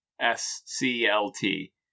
S-C-L-T